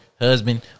husband